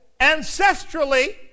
ancestrally